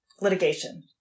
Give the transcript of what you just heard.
litigation